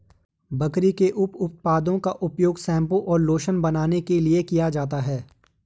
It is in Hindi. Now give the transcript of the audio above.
बकरी के उप उत्पादों का उपयोग शैंपू और लोशन बनाने के लिए किया जाता है